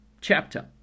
chapter